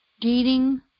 dating